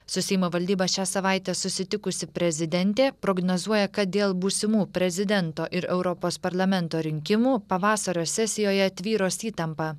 su seimo valdyba šią savaitę susitikusi prezidentė prognozuoja kad dėl būsimų prezidento ir europos parlamento rinkimų pavasario sesijoje tvyros įtampa